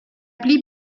blieb